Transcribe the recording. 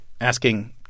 asking